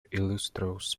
illustrious